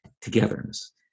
togetherness